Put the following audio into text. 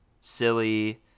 silly